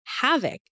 havoc